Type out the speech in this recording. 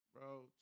bro